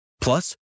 Plus